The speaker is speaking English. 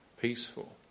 peaceful